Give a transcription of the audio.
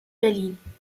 berlin